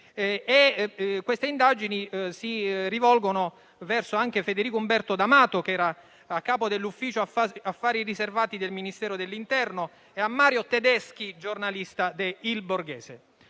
Queste indagini si rivolgono anche verso Federico Umberto D'Amato, che era a capo dell'Ufficio affari riservati del Ministero dell'interno, e a Mario Tedeschi, giornalista della rivista